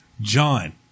John